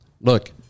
look